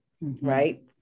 right